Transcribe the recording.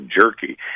jerky